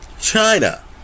China